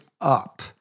up